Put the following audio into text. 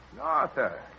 Arthur